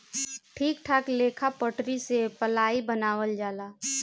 ठीक ठाक लेखा पटरी से पलाइ बनावल जाला